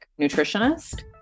nutritionist